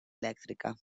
elèctrica